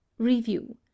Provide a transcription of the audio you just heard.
Review